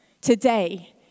today